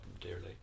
dearly